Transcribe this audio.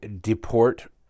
deport